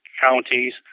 counties